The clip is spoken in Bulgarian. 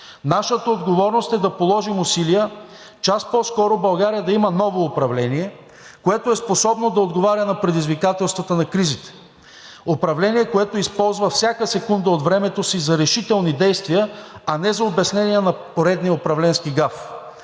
Нашата отговорност е да положим усилия час по-скоро България да има ново управление, което е способно да отговоря на предизвикателствата на кризите. Управление, което използва всяка секунда от времето си за решителни действия, а не за обяснения на поредния управленски гаф.